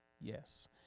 yes